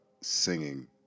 singing